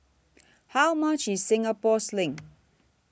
How much IS Singapore Sling